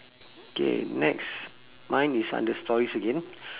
K next mine is under stories again